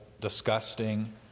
disgusting